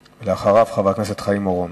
ואחריו, חבר הכנסת חיים אורון.